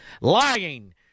lying